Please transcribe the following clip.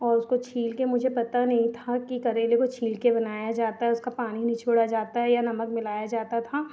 और उसको छील के मुझे पता नहीं था कि करेले को छील के बनाया जाता है उसका पानी निचोड़ा जाता है या नमक मिलाया जाता था